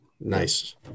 Nice